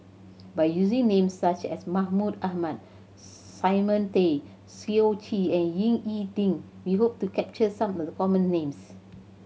by using names such as Mahmud Ahmad Simon Tay Seong Chee and Ying E Ding we hope to capture some of the common names